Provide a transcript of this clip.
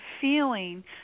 feeling